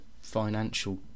financial